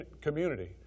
community